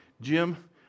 Jim